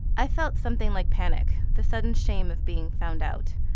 i felt something like panic, the sudden shame of being found out.